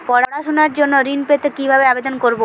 পড়াশুনা জন্য ঋণ পেতে কিভাবে আবেদন করব?